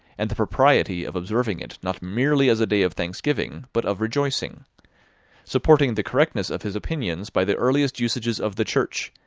and the propriety of observing it not merely as a day of thanksgiving, but of rejoicing supporting the correctness of his opinions by the earliest usages of the church,